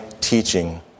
teaching